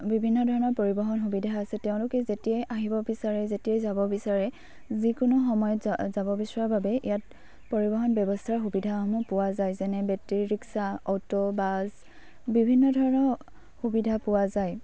বিভিন্ন ধৰণৰ পৰিৱহণ সুবিধা আছে তেওঁলোকে যেতিয়াই আহিব বিচাৰে যেতিয়াই যাব বিচাৰে যিকোনো সময়ত যা যাব বিচৰা বাবে ইয়াত পৰিৱহণ ব্যৱস্থাৰ সুবিধাসমূহ পোৱা যায় যেনে বেটেৰী ৰিক্সা অ'টো বাছ বিভিন্ন ধৰণৰ সুবিধা পোৱা যায়